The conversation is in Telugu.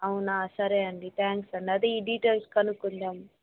అవునా సరే అండి థ్యాంక్స్ అండి అదే ఈ డీటైల్స్ కనుక్కుందాము